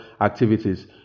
activities